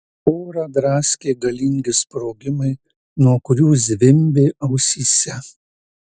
orą draskė galingi sprogimai nuo kurių zvimbė ausyse